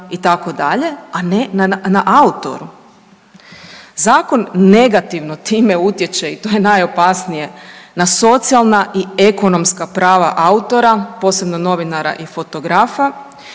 itd. a ne na autoru. Zakon negativno time utječe i to je najopasnije na socijalna i ekonomska prava autora, posebno novinara i fotografa.